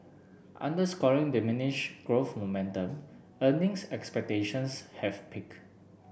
underscoring diminish growth momentum earnings expectations have peak